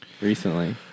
recently